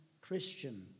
Christian